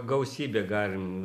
gausybė galim